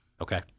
Okay